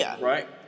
Right